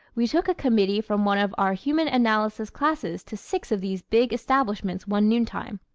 we took a committee from one of our human analysis classes to six of these big establishments one noontime.